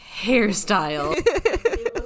hairstyle